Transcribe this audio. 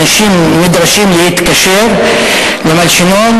אנשים נדרשים להתקשר למלשינון,